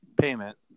payment